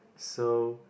so